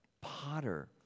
potter